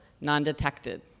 non-detected